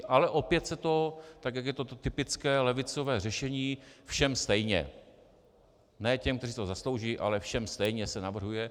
Ale opět se to, tak jak je to typické levicové řešení, všem stejně, ne těm, kteří si to zaslouží, ale všem stejně se navrhuje.